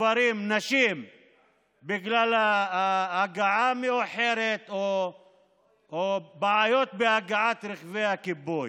גברים ונשים בגלל הגעה מאוחרת או בעיות בהגעת רכבי הכיבוי.